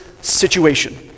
situation